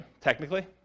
technically